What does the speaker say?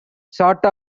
sort